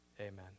amen